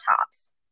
tops